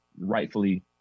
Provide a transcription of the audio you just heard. rightfully